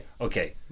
Okay